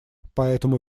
поэтому